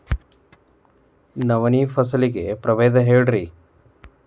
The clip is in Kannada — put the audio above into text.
ನವಣಿ ಫಸಲಿನ ಪ್ರಭೇದ ಹೇಳಿರಿ